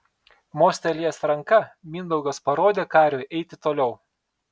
mostelėjęs ranka mindaugas parodė kariui eiti toliau